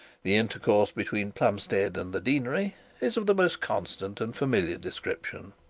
the intercourse between plumstead and the deanery is of the most constant and familiar description.